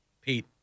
Pete